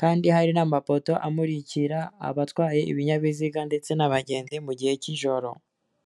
kandi hari n'amapoto amurikira abatwaye ibinyabiziga ndetse n'abagenzi mu gihe cy'ijoro.